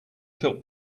felt